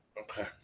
Okay